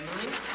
Emily